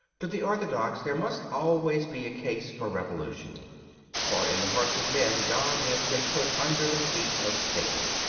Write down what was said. to the orthodox there must always be a case for revolution for in the hearts of men god has been put under the feet of satan.